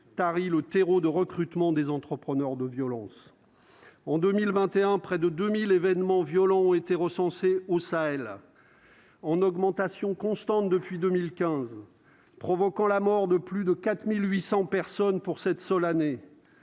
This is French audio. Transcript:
tari le terreau de recrutement des entrepreneurs de violence en 2021 près de 2000 événements violents ont été recensés au Sahel en augmentation constante depuis 2015, provoquant la mort de plus de 4800 personnes pour cette sol année